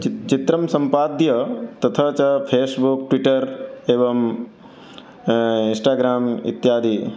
चित् चित्रं सम्पाद्य तथा च फेश्बुक् ट्विट्टर् एवम् इन्स्टग्राम् इत्यादि